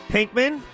Pinkman